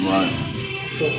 Right